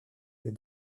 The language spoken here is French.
ces